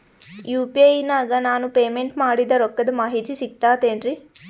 UPI ನಾಗ ನಾನು payment ಮಾಡಿದ ರೊಕ್ಕದ ಮಾಹಿತಿ ಸಿಕ್ತಾತೇನ್ರೀ?